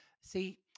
See